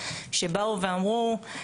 שבאו ואמרו,